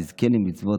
תזכה למצוות.